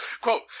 quote